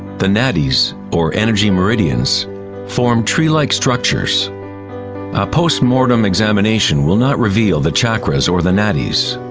the nadis, or energy meridians form tree-like structures. a post mortem examination will not reveal the chakras or the nadis,